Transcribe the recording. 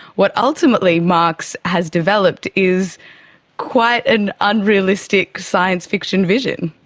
what ultimately marx has developed is quite an unrealistic science fiction vision.